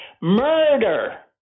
murder